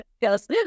Yes